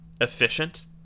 efficient